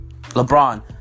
LeBron